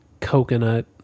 Coconut